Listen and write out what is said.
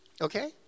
okay